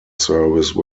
service